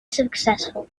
successful